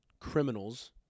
criminals